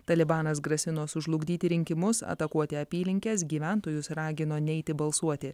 talibanas grasino sužlugdyti rinkimus atakuoti apylinkes gyventojus ragino neiti balsuoti